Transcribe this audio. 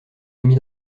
amis